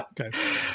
Okay